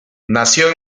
nació